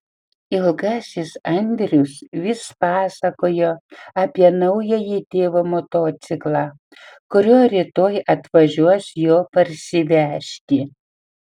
ilgasis andrius vis pasakojo apie naująjį tėvo motociklą kuriuo rytoj atvažiuos jo parsivežti